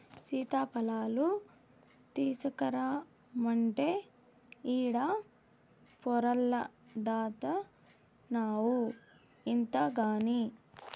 సీతాఫలాలు తీసకరమ్మంటే ఈడ పొర్లాడతాన్డావు ఇంతగని